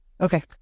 Okay